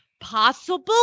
possible